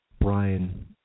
Brian